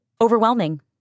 overwhelming